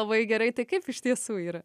labai gerai tai kaip iš tiesų yra